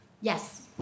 Yes